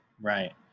right